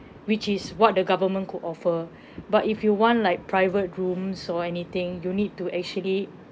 which is what the government could offer but if you want like private rooms or anything you need to actually